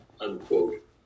unquote